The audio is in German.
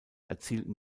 erzielten